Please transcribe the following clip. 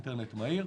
יש אינטרנט מהיר.